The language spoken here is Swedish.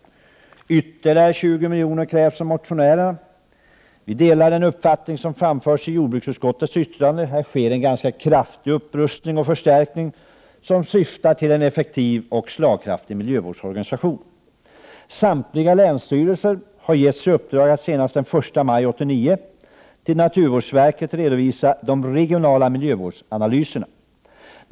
Ytterligare 20 miljoner krävs av motionärerna. Vi delar den uppfattning som framförs i jordbruksutskottets yttrande. Här sker en rätt kraftig upprustning och förstärkning som syftar till en effektiv och slagkraftig miljövårdsorganisation. Samtliga länsstyrelser har fått i uppdrag att senast den 1 maj 1989 till statens naturvårdsverk redovisa regionala miljövårdsanalyser.